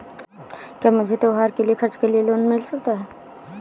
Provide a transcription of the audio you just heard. क्या मुझे त्योहार के खर्च के लिए लोन मिल सकता है?